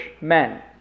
men